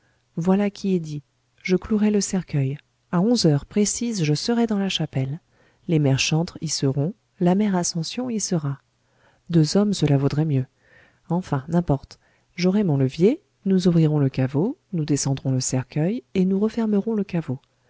voilà qui est dit je clouerai le cercueil à onze heures précises je serai dans la chapelle les mères chantres y seront la mère ascension y sera deux hommes cela vaudrait mieux enfin n'importe j'aurai mon levier nous ouvrirons le caveau nous descendrons le cercueil et nous refermerons le caveau